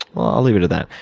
well, i'll leave it at that.